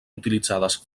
utilitzades